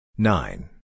Nine